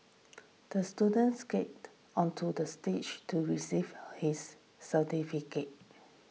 the student skated onto the stage to receive his certificate